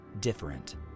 different